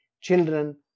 children